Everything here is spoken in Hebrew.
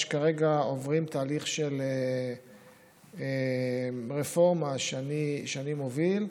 כרגע עוברים תהליך של רפורמה שאני מוביל,